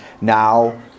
now